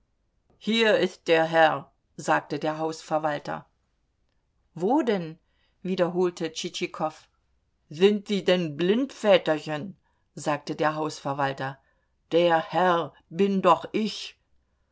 hier ist der herr sagte der hausverwalter wo denn wiederholte tschitschikow sind sie denn blind väterchen sagte der hausverwalter der herr bin doch ich